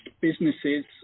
businesses